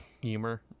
humor